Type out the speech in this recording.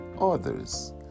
others